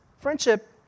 friendship